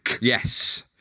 Yes